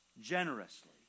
generously